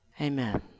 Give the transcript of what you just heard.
Amen